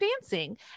dancing